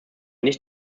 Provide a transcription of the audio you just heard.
nicht